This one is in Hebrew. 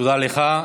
תודה לך.